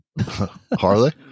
Harley